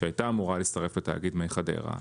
שהייתה אמורה להצטרף לתאגיד "מי חדרה".